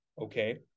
okay